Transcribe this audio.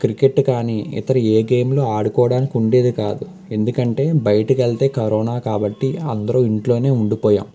cricket కానీ ఇతర ఏ గేములు ఆడుకోడానికి ఉండేది కాదు ఎందుకంటే బయటకెళ్తే కరోనా కాబట్టి అందరూ ఇంట్లోనే ఉండిపోయాం